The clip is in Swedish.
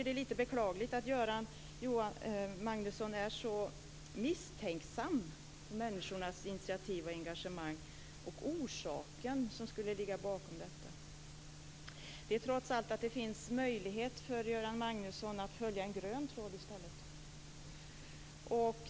Det är beklagligt att Göran Magnusson är så misstänksam mot människors initiativ och engagemang och mot de orsaker som ligger bakom detta. Det finns trots allt en möjlighet för Göran Magnusson att följa en grön tråd i stället.